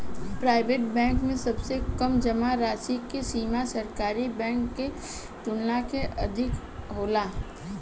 private bank में सबसे कम जामा राशि के सीमा सरकारी बैंक के तुलना में अधिक होला